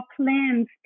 plans